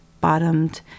Bottomed